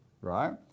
right